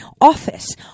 office